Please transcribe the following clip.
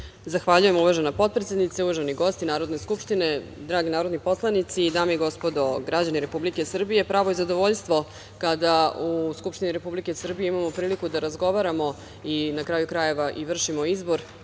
Zahvaljujem uvažena potpredsednice. Uvaženi gosti Narodne skupštine, dragi narodni poslanici, dame i gospodo, građani Republike Srbije, pravo je zadovoljstvo kada u Skupštini Republike Srbije imamo priliku da razgovaramo i na kraju krajeva i vršimo izbor